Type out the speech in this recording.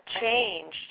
changed